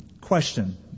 question